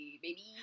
Baby